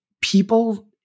people